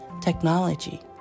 technology